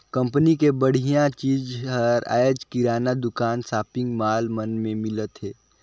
company के बड़िहा चीज हर आयज किराना दुकान, सॉपिंग मॉल मन में मिलत हे